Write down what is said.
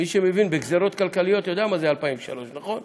מי שמבין בגזרות כלכליות יודע מה זה 2003, נכון?